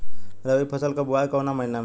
रबी फसल क बुवाई कवना महीना में होला?